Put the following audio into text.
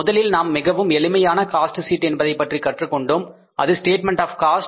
முதலில் நாம் மிகவும் எளிமையான காஸ்ட் ஷீட் என்பதை பற்றி கற்றுக் கொண்டோம் அது ஸ்டேட்மெண்ட் ஆப் காஸ்ட்